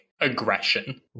aggression